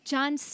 John